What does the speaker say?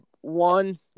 one